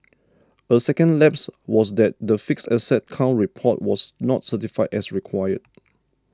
a second lapse was that the fixed asset count report was not certified as required